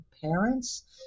parents